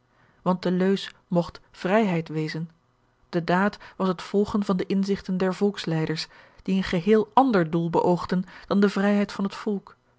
want de leus mogt vrijheid wezen de daad was het volgen van de inzigten der volksleiders die een geheel ander doel beoogden dan de vrijheid van het volk